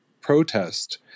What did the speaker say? protest